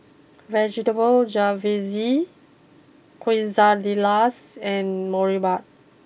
Vegetable Jalfrezi Quesadillas and Boribap